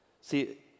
See